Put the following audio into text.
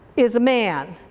is a man.